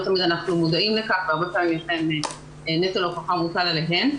לא תמיד אנחנו מודעים לכך והרבה פעמים נטל ההוכחה מוטל עליהן.